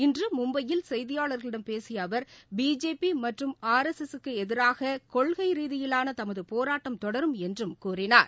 இன்று மும்பையில் செய்தியாளர்களிடம் பேசிய அவர் பிஜேபி மற்றும் ஆர் எஸ் எஸ் க்கு எதிராக கொள்கை ரீதியிலான தமது போராட்டம் தொடரும் என்றும் கூறினார்